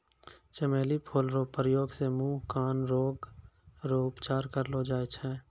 चमेली फूल रो प्रयोग से मुँह, कान रोग रो उपचार करलो जाय छै